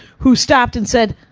who stopped and said,